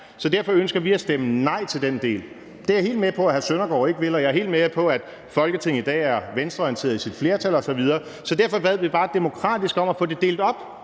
så derfor ønsker vi at stemme nej til den del. Det er jeg helt med på at hr. Søren Søndergaard ikke vil, og jeg er helt med på, at Folketinget i dag er venstreorienteret i sit flertal osv., så derfor bad vi bare demokratisk om at få det delt op,